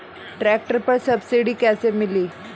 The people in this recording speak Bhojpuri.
ट्रैक्टर पर सब्सिडी कैसे मिली?